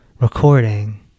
recording